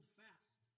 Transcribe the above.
fast